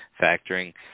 factoring